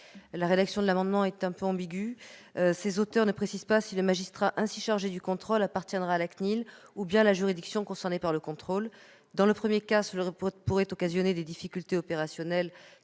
dispositif de l'amendement est un peu ambiguë. Il n'est pas précisé si le magistrat ainsi chargé du contrôle sera membre de la CNIL ou bien de la juridiction concernée par le contrôle. Dans le premier cas, cela pourrait occasionner des difficultés opérationnelles,